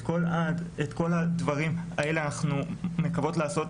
את כל הדברים האלה אנחנו מקוות לעשות